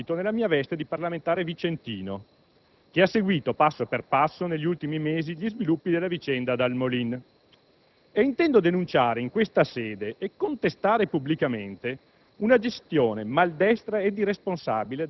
Signor Presidente, signor Ministro, onorevoli senatori, intervengo in questo dibattito nella mia veste di parlamentare vicentino, che ha seguito passo per passo negli ultimi mesi gli sviluppi della vicenda «Dal Molin»,